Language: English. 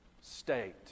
state